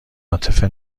عاطفه